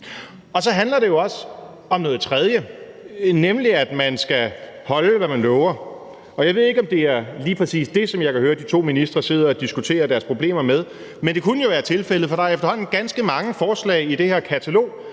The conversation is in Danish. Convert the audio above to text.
Så handler det jo også om noget tredje, nemlig at man skal holde, hvad man lover. Og jeg ved ikke, om det er lige præcis det, som jeg kan høre de to ministre sidde og diskutere deres problemer med, men det kunne jo være tilfældet, for der er efterhånden ganske mange forslag i det her katalog,